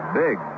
big